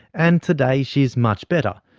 and today she is much better.